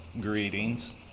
greetings